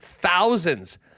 Thousands